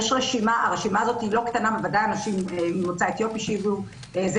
בוודאי אנשים ממוצא אתיופי שהגיעו זה